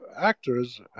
actors